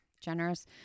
generous